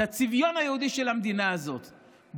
את הצביון היהודי של המדינה הזאת.